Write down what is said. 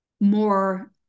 more